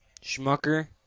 Schmucker